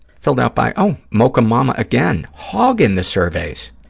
filled out by, oh, mocha mamma again. hogging the surveys.